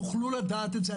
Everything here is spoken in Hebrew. תוכלו לדעת את זה.